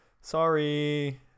sorry